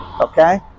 Okay